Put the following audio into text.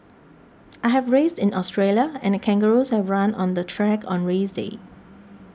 I have raced in Australia and the kangaroos have run on the track on race day